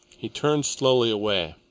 he turned slowly away.